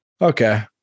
okay